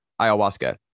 ayahuasca